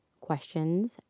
questions